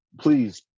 please